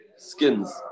Skins